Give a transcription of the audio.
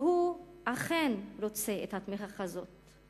והוא אכן רוצה את התמיכה הזו,